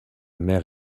mère